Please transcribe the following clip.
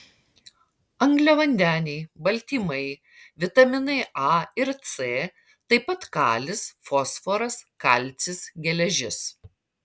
angliavandeniai baltymai vitaminai a ir c taip pat kalis fosforas kalcis geležis